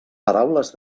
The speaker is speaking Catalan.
paraules